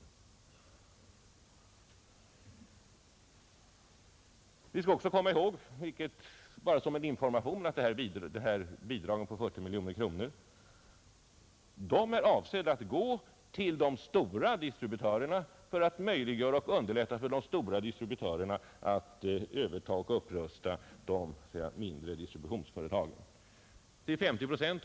Nr 74 Vi skall också komma ihåg — vilket jag nämner bara som en Fredagen den information — att de här bidragen på 40 miljoner kronor är avsedda att 30 april 1971 gå till de stora eldistributörerna för att möjliggöra och underlätta för dem —— att överta och upprusta de mindre distributionsföretagen.